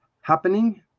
happening